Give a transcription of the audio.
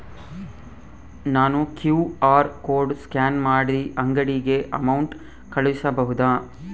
ನಾನು QR code scan ಮಾಡಿ ಅಂಗಡಿಗೆ ಅಮೌಂಟ್ ಕಳಿಸಬಹುದಾ?